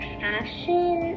passion